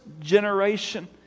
generation